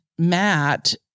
Matt